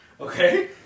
okay